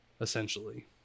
essentially